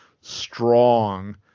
strong –